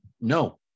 no